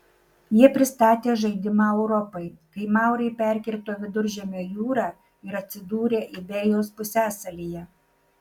jie pristatė žaidimą europai kai maurai perkirto viduržemio jūrą ir atsidūrė iberijos pusiasalyje